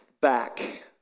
back